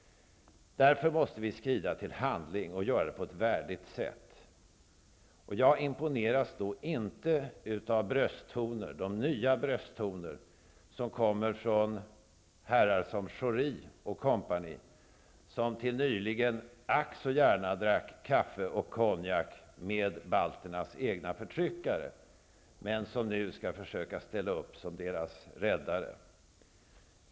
Därför måste vi skrida till handling, och göra det på ett värdigt sätt. Jag imponeras då inte av de nya brösttoner som kommer från herr Schori & Co., som till nyligen -- ack så gärna -- drack kaffe och konjak med balternas egna förtryckare och som nu skall försöka ställa upp som deras räddare.